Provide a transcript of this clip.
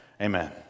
Amen